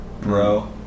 Bro